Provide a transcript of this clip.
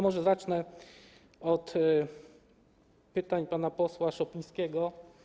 Może zacznę od pytań pana posła Szopińskiego.